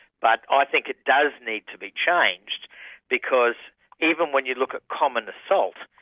but i think it does need to be changed because even when you look at common assaults,